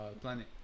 Planet